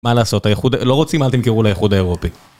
מה לעשות? לא רוצים? אל תמכרו לאיחוד האירופי.